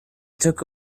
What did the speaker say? took